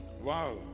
Wow